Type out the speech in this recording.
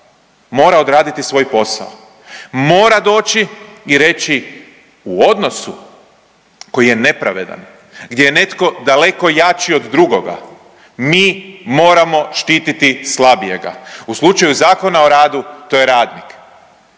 mora odraditi svoj posao, mora doći i reći u odnosu koji je nepravedan, gdje je netko daleko jači od drugoga mi moramo štititi slabijega. U slučaju Zakona o radu to je radnik.